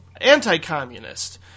anti-communist